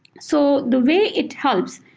so the way it helps,